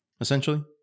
essentially